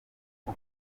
uko